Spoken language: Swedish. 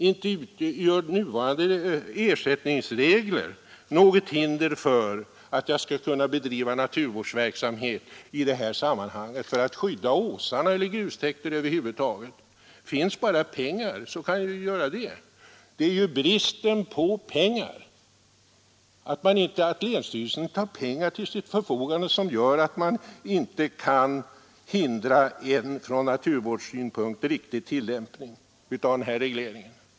Inte utgör nuvarande ersättningsregler något hinder för att skydda åsarna eller grustäkter över huvud taget. Finns bara pengar går det att göra det. Det är bristen på pengar — att länsstyrelsen inte har medel till sitt förfogande — som gör att man inte kan åstadkomma en från naturvårdssynpunkt riktig tillämpning av den här regleringen.